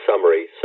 summary